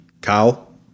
Kyle